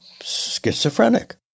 schizophrenic